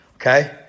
Okay